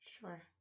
Sure